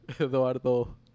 Eduardo